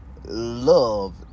Love